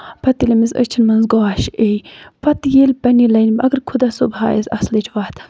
پَتہٕ ییٚلہِ أمِس أچھَن منٛز گاش ییہِ پَتہٕ ییٚلہِ پَنٕنہِ لاینہِ منٛز اَگر خۄدا صٲب ہایس اَصلٕچ وَتھ